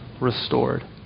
restored